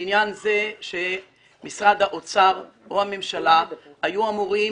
לעניין זה שמשרד האוצר, או הממשלה, היו אמורים